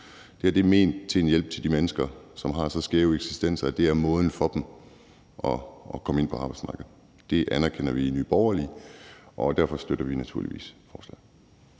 Det her er ment som en hjælp til de mennesker, som er så skæve eksistenser, at det er måden for dem at komme ind på arbejdsmarkedet på. Det anerkender vi i Nye Borgerlige, og derfor støtter vi naturligvis forslaget.